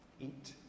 eat